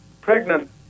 pregnant